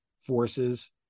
forces